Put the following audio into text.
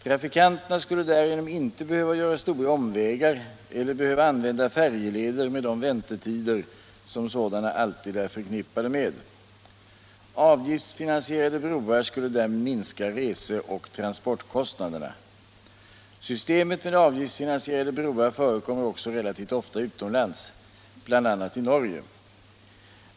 Trafikanterna skulle därigenom inte behöva göra stora omvägar eller behöva använda färjeleder med de väntetider som sådana alltid är förknippade med. Avgiftsfinansierade broar skulle därmed minska rese och transportkostnaderna. Systemet med avgiftsfinansierade broar förekommer också relativt ofta utomlands, bl.a. i Norge.